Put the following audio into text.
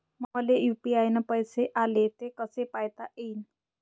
मले यू.पी.आय न पैसे आले, ते कसे पायता येईन?